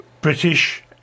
British